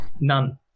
None